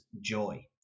joy